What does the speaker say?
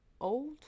old